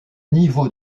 niveaux